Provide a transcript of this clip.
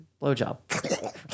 blowjob